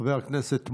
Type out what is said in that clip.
חבר הכנסת מולא,